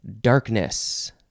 darkness